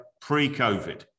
pre-COVID